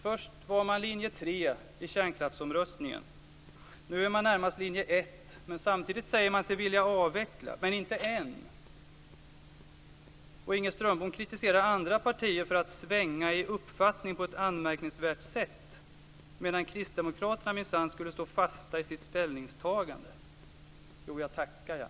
Först var man linje 3 i kärnkraftsomröstningen. Nu är man närmast linje 1. Samtidigt säger man sig vilja avveckla, men inte än. Inger Strömbom kritiserar andra partier för att svänga i uppfattning på ett anmärkningsvärt sätt, medan Kristdemokraterna minsann skulle stå fasta i sitt ställningstagande - jo, jag tackar, jag.